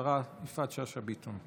תשיב השרה יפעת שאשא ביטון.